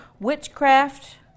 witchcraft